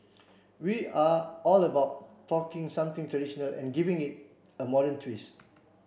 we are all about talking something traditional and giving it a modern twist